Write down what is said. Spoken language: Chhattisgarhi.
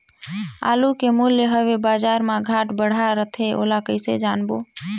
आलू के मूल्य हवे बजार मा घाट बढ़ा रथे ओला कइसे जानबो?